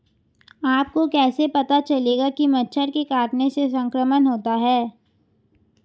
आपको कैसे पता चलेगा कि मच्छर के काटने से संक्रमण होता है?